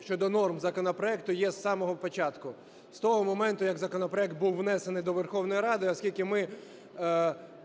щодо норм законопроекту є з самого початку, з того моменту, як законопроект був внесений до Верховної Ради. Оскільки ми